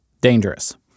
dangerous